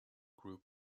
group